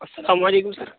السلام علیکم سر